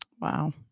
Wow